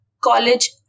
college